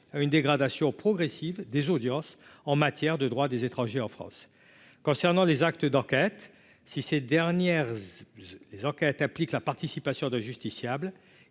une dégradation progressive des audiences en matière de droits des étrangers en France concernant les actes d'enquête si ces dernières heures, les enquêtes applique la participation de justiciables,